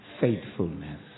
faithfulness